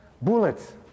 bullets